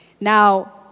Now